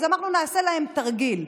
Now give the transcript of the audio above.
אז אמרנו: נעשה להם תרגיל.